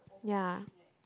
ya